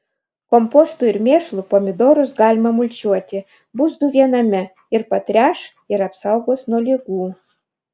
kompostu ir mėšlu pomidorus galima mulčiuoti bus du viename ir patręš ir apsaugos nuo ligų